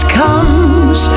comes